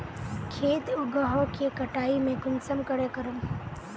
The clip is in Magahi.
खेत उगोहो के कटाई में कुंसम करे करूम?